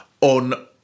on